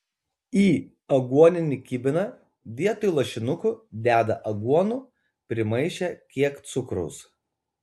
į aguoninį kibiną vietoj lašinukų deda aguonų primaišę kiek cukraus